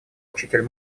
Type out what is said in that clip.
учитель